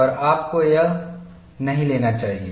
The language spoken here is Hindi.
और आपको यह नहीं लेना चाहिए